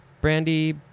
Brandy